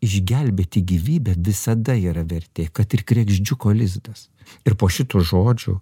išgelbėti gyvybę visada yra vertė kad ir kregždžiuko lizdas ir po šitų žodžių